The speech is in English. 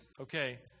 okay